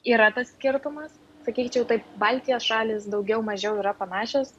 yra tas skirtumas sakyčiau taip baltijos šalys daugiau mažiau yra panašios